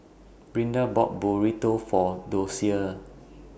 Brinda bought Burrito For Docia